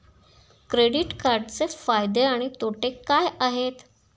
Credit कार्डचे फायदे आणि तोटे काय आहेत?